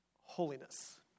holiness